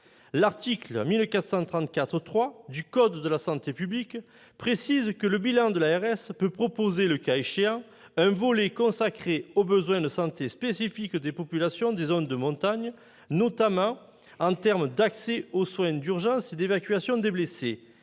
L'article 1434-3 du code de la santé publique précise que le schéma régional de santé « comporte, le cas échéant, un volet consacré aux besoins de santé spécifiques des populations des zones de montagne, notamment en termes d'accès aux soins urgents et d'évacuation des blessés,